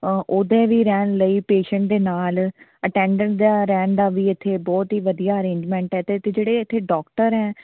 ਉਹਦੇ ਵੀ ਰਹਿਣ ਲਈ ਪੇਸ਼ੈਂਟ ਦੇ ਨਾਲ ਅਟੈਂਡੈਂਟ ਦਾ ਰਹਿਣ ਦਾ ਵੀ ਇੱਥੇ ਬਹੁਤ ਹੀ ਵਧੀਆ ਅਰੇਂਜਮੈਂਟ ਹੈ ਅਤੇ ਇੱਥੇ ਜਿਹੜੇ ਇੱਥੇ ਡੋਕਟਰ ਹੈ